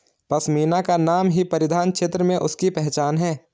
पशमीना का नाम ही परिधान क्षेत्र में उसकी पहचान है